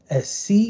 SC